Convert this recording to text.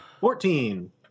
Fourteen